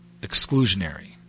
exclusionary